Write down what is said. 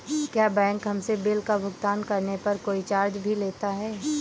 क्या बैंक हमसे बिल का भुगतान करने पर कोई चार्ज भी लेता है?